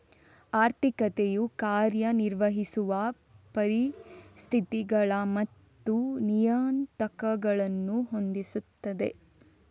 ಆರ್ಥಿಕತೆಯು ಕಾರ್ಯ ನಿರ್ವಹಿಸುವ ಪರಿಸ್ಥಿತಿಗಳು ಮತ್ತು ನಿಯತಾಂಕಗಳನ್ನು ಹೊಂದಿಸುತ್ತದೆ